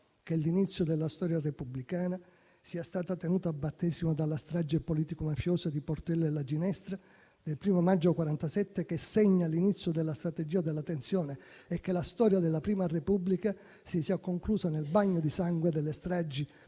che l'inizio della storia repubblicana sia stato tenuto a battesimo dalla strage politico-mafiosa di Portella della Ginestra del 1° maggio 1947, che segna l'inizio della strategia della tensione, e che la storia della prima Repubblica si sia conclusa nel bagno di sangue delle stragi